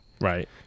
right